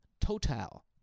total